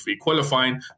qualifying